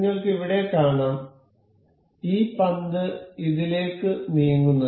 നിങ്ങൾക്ക് ഇവിടെ കാണാം ഈ പന്ത് ഇതിലേക്ക് നീങ്ങുന്നത്